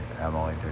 Emily